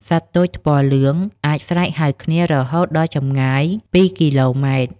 សត្វទោចថ្ពាល់លឿងអាចស្រែកហៅគ្នារហូតដល់ចម្ងាយពីរគីឡូម៉ែត្រ។